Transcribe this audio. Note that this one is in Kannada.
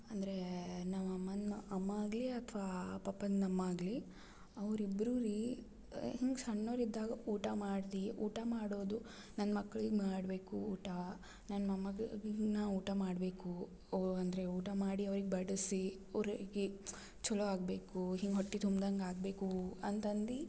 ಅಂದರೆ ನಮ್ಮ ಅಮ್ಮನ ಅಮ್ಮ ಆಗಲಿ ಅಥ್ವ ಪಪ್ಪನ ಅಮ್ಮ ಆಗಲಿ ಅವ್ರು ಇಬ್ಬರು ರೀ ಹಿಂಗೆ ಸಣ್ಣವ್ರು ಇದ್ದಾಗ ಊಟ ಮಾಡ್ರಿ ಊಟ ಮಾಡೋದು ನನ್ನ ಮಕ್ಳಿಗೆ ಮಾಡ್ಬೇಕು ಊಟ ನನ್ನ ಮೊಮ್ಮಕ್ಳಿಗೆ ನಾ ಊಟ ಮಾಡ್ಬೇಕು ಅಂದರೆ ಊಟ ಮಾಡಿ ಅವ್ರಿಗೆ ಬಡಿಸಿ ಅವರಿಗೆ ಛಲೋ ಆಗ್ಬೇಕು ಹಿಂಗೆ ಹೊಟ್ಟೆ ತುಂಬ್ದಂಗೆ ಆಗ್ಬೇಕು ಅಂತಂದು